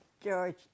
George